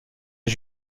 les